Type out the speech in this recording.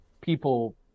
people